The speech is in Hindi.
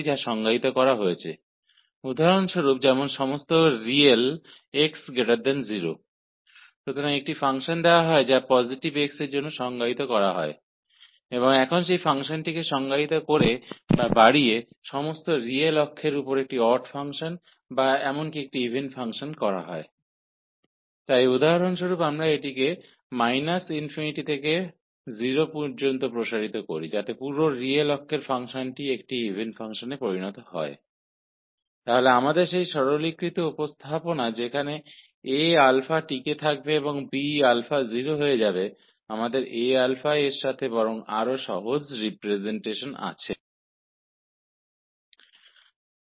यहां हमारे पास एक समान स्वरुप है उदाहरण के लिए हम एक फ़ंक्शन इस प्रकार ले सकते हैं जो सभी वास्तविक x0 के लिए परिभाषित किया गया है यहाँ एक फ़ंक्शन दिया गया है जिसे x के धनात्मक मान के लिए परिभाषित किया गया है और अब उस फ़ंक्शन को एक ऑड फंक्शन या इवन फंक्शन के रूप में संपूर्ण वास्तविक अक्ष पर परिभाषित या विस्तारित किया जा सकता है इसलिए उदाहरण के लिए हम इसे −∞ से 0 तक बढ़ाते हैं ताकि संपूर्ण वास्तविक अक्ष में फंक्शन एक इवन फंक्शन बन जाए तो यहाँ हमारे पास यह सरलीकृत रूप है जहां A α का मान रहेगा और Bα 0 हो जाएगा हमारे पास इस Aα के रूप में अपेक्षाकृत सरल रिप्रेज़ेंटेशन है